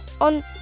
on